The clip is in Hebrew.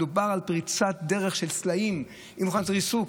מדובר על פריצת דרך של סלעים עם מכונת ריסוק.